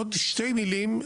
עוד שתי מילים.